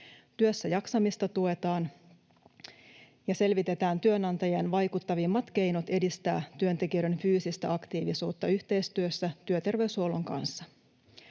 Työssäjaksamista tuetaan, ja selvitetään työnantajien vaikuttavimmat keinot edistää työntekijöiden fyysistä aktiivisuutta yhteistyössä työterveyshuollon kanssa.